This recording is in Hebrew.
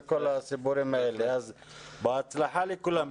אז בהצלחה לכולם.